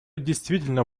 действительно